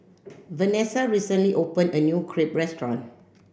Vanesa recently opened a new Crepe Restaurant